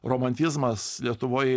romantizmas lietuvoj